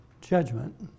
judgment